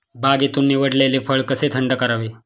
बागेतून निवडलेले फळ कसे थंड करावे?